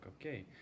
okay